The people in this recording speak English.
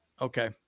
Okay